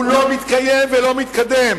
הוא לא מתקיים ולא מתקדם.